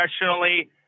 professionally